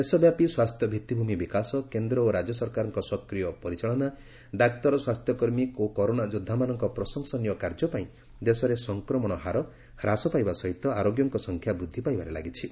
ଦେଶବ୍ୟାପୀ ସ୍ୱାସ୍ଥ୍ୟ ଭିତ୍ତିଭୂମି ବିକାଶ କେନ୍ଦ୍ର ଓ ରାଜ୍ୟ ସରକାରଙ୍କ ସକ୍ରିୟ ପରିଚାଳନା ଡାକ୍ତର ସ୍ୱାସ୍ଥ୍ୟକର୍ମୀ ଓ କରୋନା ଯୋଦ୍ଧାମାନଙ୍କ ପ୍ରଶଂସନୀୟ କାର୍ଯ୍ୟ ପାଇଁ ଦେଶରେ ସଂକ୍ରମଣ ହାର ହ୍ରାସ ପାଇବା ସହିତ ଆରୋଗ୍ୟଙ୍କ ସଂଖ୍ୟା ବୃଦ୍ଧି ପାଇବାରେ ଲାଗିଛି